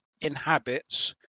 inhabits